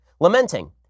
lamenting